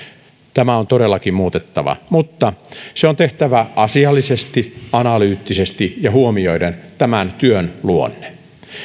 tämä on todellakin muutettava mutta se on tehtävä asiallisesti analyyttisesti ja huomioiden tämän työn luonne